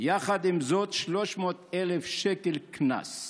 ויחד עם זאת 300,000 שקל קנס.